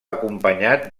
acompanyat